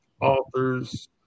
authors